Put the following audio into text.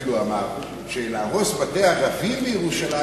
אפילו אמר שלהרוס בתי ערבים בירושלים,